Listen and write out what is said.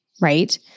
Right